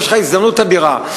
יש לך הזדמנות אדירה.